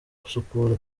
gusukura